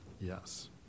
yes